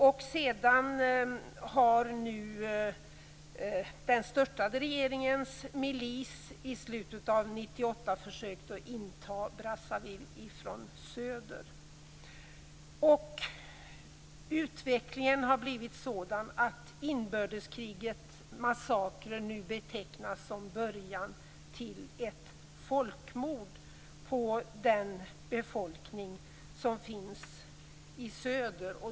I slutet av 1998 försökte den störtade regeringens milis att inta Brazzaville från söder. Utvecklingen har blivit sådan att inbördeskrigets massakrer nu betecknas som början till ett folkmord på den befolkning som finns i söder.